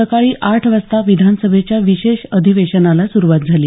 सकाळी आठ वाजता विधानसभेच्या विशेष अधिवेशनाला सुरूवात झाली